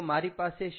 તો મારી પાસે શું છે